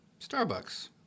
Starbucks